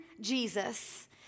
Jesus